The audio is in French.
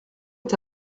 est